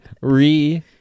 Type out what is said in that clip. re